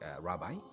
rabbi